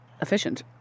efficient